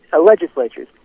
Legislatures